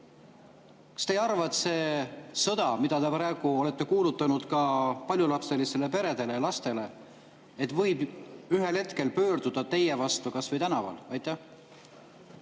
Kas te ei arva, et see sõda, mis te praegu olete kuulutanud paljulapselistele peredele ja lastele, võib ühel hetkel pöörduda teie vastu kas või tänaval? Aitäh!